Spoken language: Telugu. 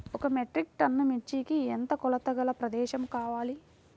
ఒక మెట్రిక్ టన్ను మిర్చికి ఎంత కొలతగల ప్రదేశము కావాలీ?